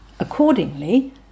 Accordingly